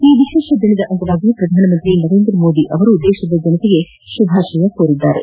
ಈ ವಿಶೇಷ ದಿನದ ಅಂಗವಾಗಿ ಪ್ರಧಾನಮಂತ್ರಿ ನರೇಂದ್ರ ಮೋದಿ ಅವರು ದೇಶದ ಜನತೆಗೆ ಶುಭಾಶಯ ಕೋರಿದ್ದಾರೆ